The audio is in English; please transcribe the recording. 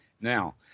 Now